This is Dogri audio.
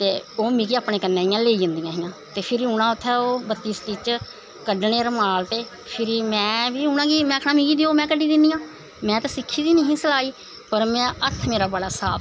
ते ओह् मिगी अपनें कन्नैं इयां लेई जंदियां हां ते फिर उनें उत्थें बत्ती स्टिच्च कड्ढने रुमाल फिर में बी उनेंगी आखनां कि में कड्ढी दिन्नी आं में सिक्खी दी नेंई ही कढ़ाई पर हत्थ मेरा बड़ा साफ सुथरा हा